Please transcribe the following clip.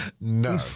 No